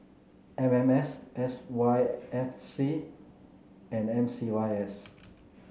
M M S S Y F C and M C Y S